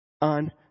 on